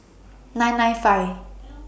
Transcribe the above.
nine nine five